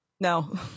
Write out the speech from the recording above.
No